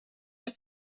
der